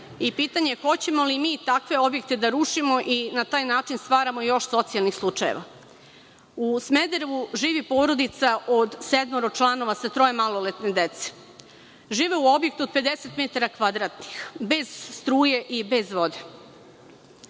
Pitanje je – hoćemo li mi takve objekte da rušimo i na taj način stvaramo još socijalnih slučajeva?U Smederevu živi porodica od sedmoro članova sa troje maloletne dece. Žive u objektu od 50 metara kvadratnih, bez struje, i bez vode.